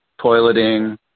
toileting